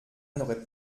n’aurait